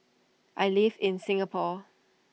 I live in Singapore